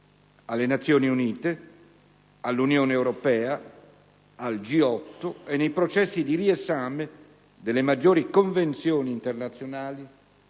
(alle Nazioni Unite, all'Unione europea, al G8 e nei processi di riesame delle maggiori convenzioni internazionali